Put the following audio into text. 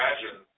imagine